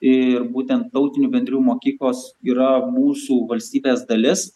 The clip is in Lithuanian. ir būtent tautinių bendrijų mokyklos yra mūsų valstybės dalis